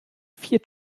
vier